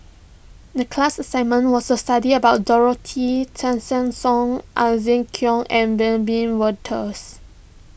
the class assignment was to study about Dorothy Tessensohn Kuok and Wiebe Wolters